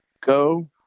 Go